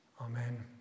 Amen